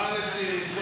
אוקיי.